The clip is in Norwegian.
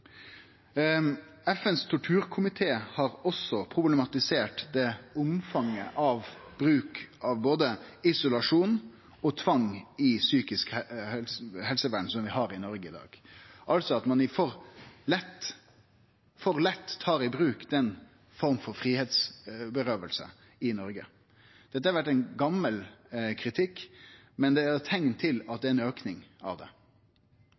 FNs torturkomité har også problematisert omfanget av bruken av både isolasjon og tvang i psykisk helsevern som vi har i Noreg i dag, altså at ein for lett tar i bruk den forma for fridomstap i Noreg. Dette er ein gamal kritikk, men det er teikn til at det er ein auke av det.